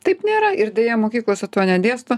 taip nėra ir deja mokyklose to nedėsto